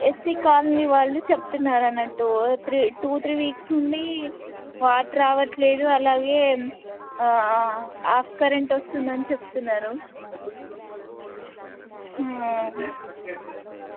SC colony వాళ్ళు చెప్తున్నారన్నట్టు three two three weeks నుండి వాటర్ రావట్లేదు అలాగే ఆఫ్ కరెంట్ వస్తుందని చెప్తున్నారు